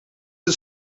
het